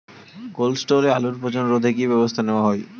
Cold স্টোরে আলুর পচন রোধে কি ব্যবস্থা নেওয়া হয়?